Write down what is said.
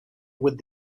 would